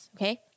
okay